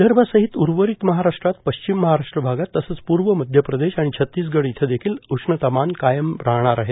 विदर्भासहित उर्वरित महाराष्ट्रात पश्चिम महाराष्ट्र भागात तसंच पूर्व मध्यप्रदेश आणि छत्तीसगड इथं देखिल उष्णतामान कायम राहणार आहे